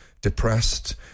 depressed